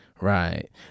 right